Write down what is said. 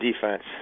defense